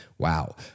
Wow